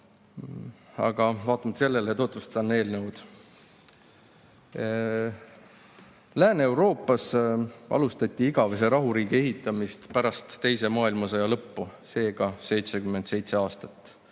Aga vaatamata sellele tutvustan eelnõu. Lääne-Euroopas alustati igavese rahuriigi ehitamist pärast teise maailmasõja lõppu, seega 77 aastat